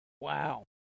Wow